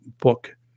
book